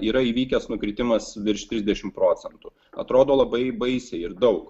yra įvykęs nukritimas virš trisdešimt procentų atrodo labai baisiai ir daug